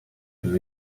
and